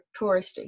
touristy